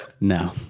No